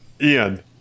Ian